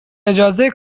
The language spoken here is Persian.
اجازه